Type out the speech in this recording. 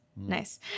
Nice